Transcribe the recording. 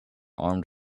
armed